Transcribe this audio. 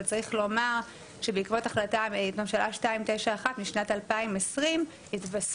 אבל צריך לומר שבעקבות החלטת ממשלה 921 משנת 2020 התווספו